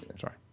sorry